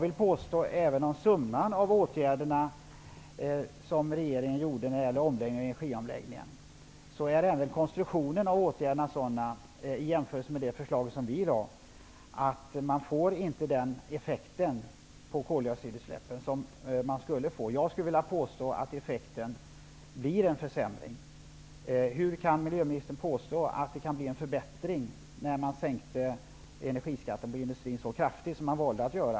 Även om man kan tala om summan av de åtgärder regeringen vidtog i samband med energiomläggningen, så är konstruktionen av åtgärderna, i jämförelse med det förslag på åtgärder som vi lade fram, sådana att man inte uppnår den effekt på koldioxidutsläppen som var meningen. Jag skulle vilja påstå att effekten blir en försämring. Hur kan miljöministern påstå att det kan bli en förbättring, när man sänkte energiskatten på industrin så kraftigt som man valde att göra?